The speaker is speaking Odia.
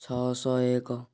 ଛଅ ସହ ଏକ